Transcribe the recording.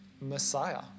Messiah